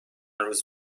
روز